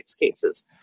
cases